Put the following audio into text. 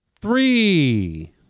three